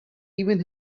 even